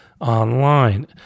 online